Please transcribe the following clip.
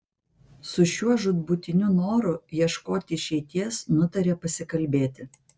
su šiuo žūtbūtiniu noru ieškoti išeities nutarė pasikalbėti